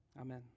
Amen